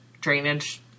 drainage